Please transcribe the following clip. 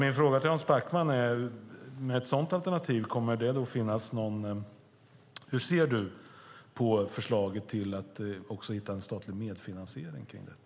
Min fråga till Hans Backman är: Hur ser du på förslaget om att hitta en statlig medfinansiering kring detta?